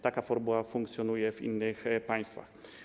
Taka formuła funkcjonuje w innych państwach.